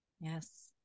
Yes